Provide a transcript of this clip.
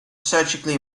surgically